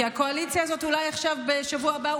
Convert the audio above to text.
כי הקואליציה הזאת בשבוע הבא,